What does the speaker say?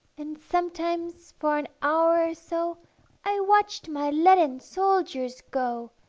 and sometimes for an hour or so i watched my leaden soldiers go,